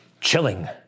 Chilling